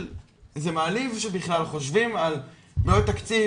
זה מעליב שבכלל חושבים על בעיות תקציב